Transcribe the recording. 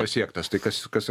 pasiektas tai kas kas